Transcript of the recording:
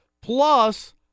Plus